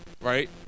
right